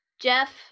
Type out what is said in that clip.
Jeff